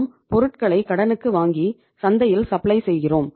நாம் பொருட்களை கடனுக்கு வாங்கி சந்தையில் சப்ளை செய்கிறோம்